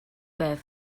байв